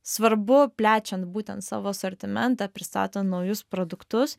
svarbu plečiant būtent savo asortimentą pristatan naujus produktus